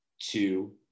two